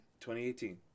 2018